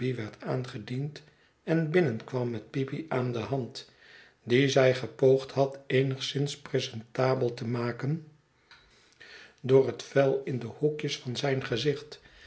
werd aangediend en binnenkwam met peepy aan de hand dien zij gepoogd had eenigszins presentabel te maken door het vuil in de hoekjes van zijn gezicht